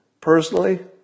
Personally